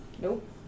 Nope